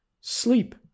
sleep